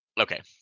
Okay